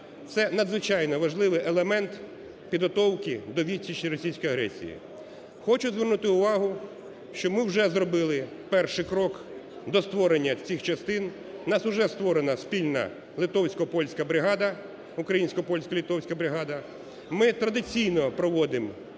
це надзвичайно важливий елемент підготовки до відсічі російської агресії. Хочу звернути увагу, що ми вже зробили перший крок до створення цих частин, у нас вже створена спільна литовсько-польська бригада, українсько-польсько-литовська бригада. Ми традиційно проводимо,